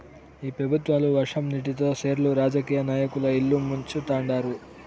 ఈ పెబుత్వాలు వర్షం నీటితో సెర్లు రాజకీయ నాయకుల ఇల్లు ముంచుతండారు